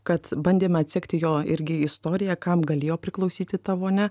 kad bandėm atsekti jo irgi istoriją kam galėjo priklausyti ta vonia